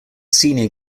senior